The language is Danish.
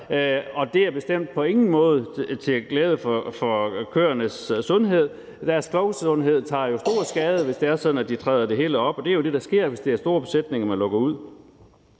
og det er bestemt på ingen måde til glæde for køernes sundhed. Deres klovsundhed tager jo stor skade, hvis det er sådan, at de træder det hele op, og det er jo det, der sker, hvis det er store besætninger, man lukker ud.